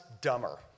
dumber